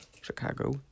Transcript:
Chicago